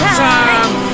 time